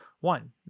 One